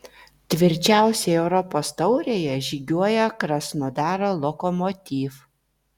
tvirčiausiai europos taurėje žygiuoja krasnodaro lokomotiv